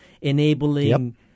enabling